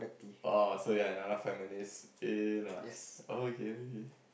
orh so you're another feminist enough oh okay okay